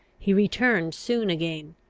he returned soon again.